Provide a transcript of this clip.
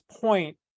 point